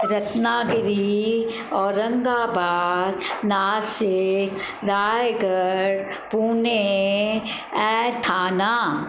रत्नागिरी औरंगाबाद नाशिक रायगढ़ पुने ऐं ठाणा